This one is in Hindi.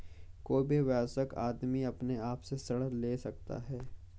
कोई भी वयस्क आदमी अपने आप से ऋण ले सकता है